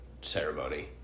ceremony